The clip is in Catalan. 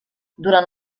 durant